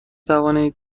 توانم